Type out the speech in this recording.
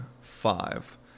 five